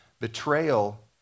betrayal